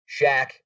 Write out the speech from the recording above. Shaq